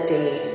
day